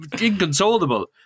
inconsolable